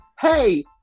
hey